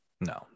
No